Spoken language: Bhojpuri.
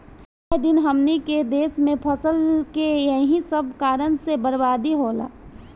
आए दिन हमनी के देस में फसल के एही सब कारण से बरबादी होला